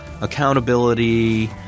accountability